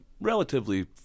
relatively